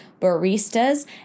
baristas